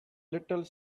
little